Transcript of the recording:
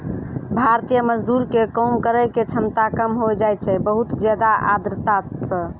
भारतीय मजदूर के काम करै के क्षमता कम होय जाय छै बहुत ज्यादा आर्द्रता सॅ